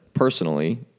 personally